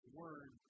word